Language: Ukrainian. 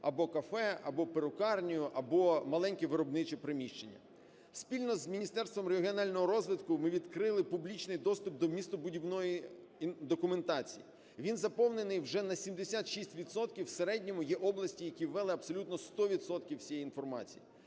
або кафе, або перукарню, або маленьке виробниче приміщення. Спільно з Міністерством регіонального розвитку ми відкрили публічний доступ до містобудівної документації, він заповнений вже на 76 відсотків в середньому. Є області, які ввели абсолютно 100 відсотків всієї інформації.